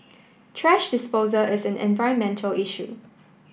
thrash disposal is an environmental issue